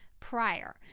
Prior